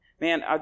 Man